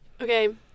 Okay